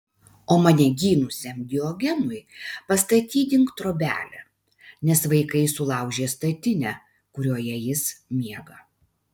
o mane gynusiam diogenui pastatydink trobelę nes vaikai sulaužė statinę kurioje jis miega